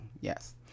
yes